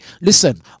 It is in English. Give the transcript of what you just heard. listen